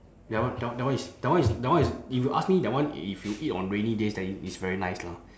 that one that one that one is that one is if you ask me that one if you eat on rainy days then it's very nice lah